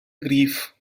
grief